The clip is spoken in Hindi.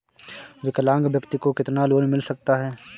विकलांग व्यक्ति को कितना लोंन मिल सकता है?